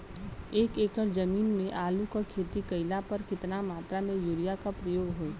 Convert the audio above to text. एक एकड़ जमीन में आलू क खेती कइला पर कितना मात्रा में यूरिया क प्रयोग होई?